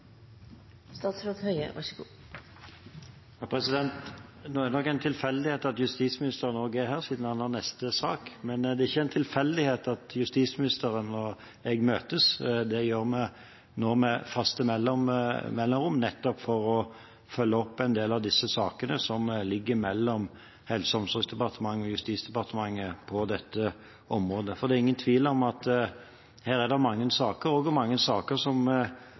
her, siden han har neste sak, men det er ikke en tilfeldighet at justisministeren og jeg møtes. Det gjør vi nå med faste mellomrom, nettopp for å følge opp en del av disse sakene som ligger mellom Helse- og omsorgsdepartementet og Justis- og beredskapsdepartementet på dette området. For det er ingen tvil om at her er det mange saker – også mange saker